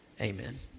Amen